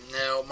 now